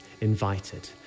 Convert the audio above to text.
invited